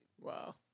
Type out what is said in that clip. Wow